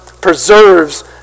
preserves